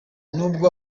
nubwo